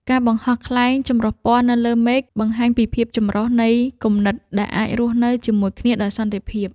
ការបង្ហោះខ្លែងចម្រុះពណ៌នៅលើមេឃ បង្ហាញពីភាពចម្រុះនៃគំនិតដែលអាចរស់នៅជាមួយគ្នាដោយសន្តិភាព។